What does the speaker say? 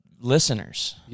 listeners